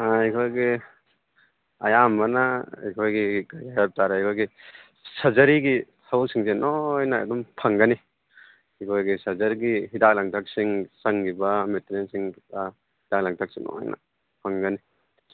ꯑꯥ ꯑꯩꯈꯣꯏꯒꯤ ꯑꯌꯥꯝꯕꯅ ꯑꯩꯈꯣꯏꯒꯤ ꯀꯔꯤ ꯍꯥꯏꯕ ꯇꯥꯔꯦ ꯑꯩꯈꯣꯏꯒꯤ ꯁꯖꯔꯤꯒꯤ ꯊꯕꯛꯁꯤꯡꯁꯦ ꯂꯣꯏꯅ ꯑꯗꯨꯝ ꯐꯪꯒꯅꯤ ꯑꯩꯈꯣꯏꯒꯤ ꯁꯖꯔꯤꯒꯤ ꯍꯤꯗꯥꯛ ꯂꯥꯡꯊꯛꯁꯤꯡ ꯆꯪꯒꯤꯕ ꯃꯦꯇꯔꯦꯜꯁꯤꯡ ꯑꯗꯨꯒ ꯍꯤꯗꯥꯛ ꯂꯥꯡꯊꯛꯁꯤꯡ ꯂꯣꯏꯅ ꯐꯪꯒꯅꯤ